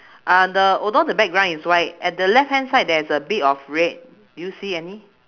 uh the although the background is white at the left hand side there is a bit of red do you see any